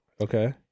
Okay